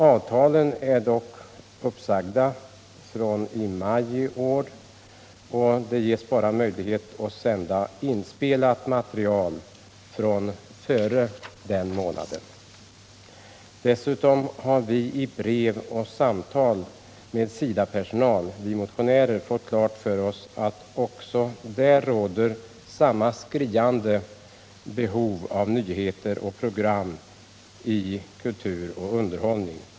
Avtalen för denna verksamhet är dock uppsagda från maj månad i år, och det ges bara möjlighet att se material som inspelats före denna månad. Genom brev och samtal med SIDA-personal har vi motionärer fått klart för oss att det också bland dem råder samma skriande behov av nyhetsprogram och program med kultur och underhållning.